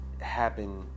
happen